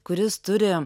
kuris turi